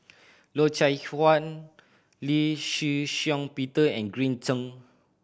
Loy Chye Chuan Lee Shih Shiong Peter and Green Zeng